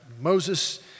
Moses